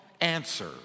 answer